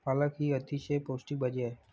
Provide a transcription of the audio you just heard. पालक ही अतिशय पौष्टिक भाजी आहे